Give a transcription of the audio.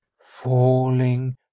falling